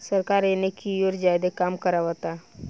सरकार एने कियोर ज्यादे काम करावता